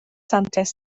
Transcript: santes